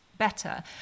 better